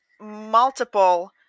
multiple